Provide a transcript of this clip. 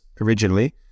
originally